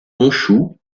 honshū